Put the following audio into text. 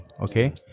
Okay